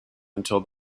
until